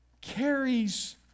carries